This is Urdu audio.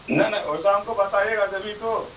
نا نا وہ شام کو بتائیے گا جبھی تو